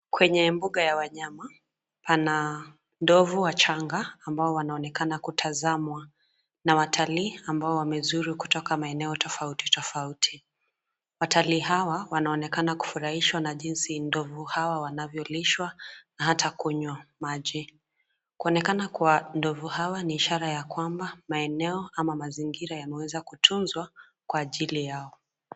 Kwenye mbuga ya wanyama, pana, ndovu wachanga ambao wanaonekana kutazamwa, na watalii ambao wamezuru kutoka maeneo tofauti tofauti. Watalii hawa wanaonekana kufurahishwa na jinsi ndovu hawa wanavyolishwa, na hata kunywa maji. Kuonekana kwa ndovu hawa ni ishara ya kwamba maeneo ama mazingira yameweza kutunzwa, kwa ajili yao.